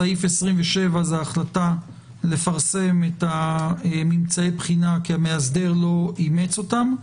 סעיף 27 זה החלטה לפרסם את ממצאי הבחינה כי המאסדר לא אימץ אותם.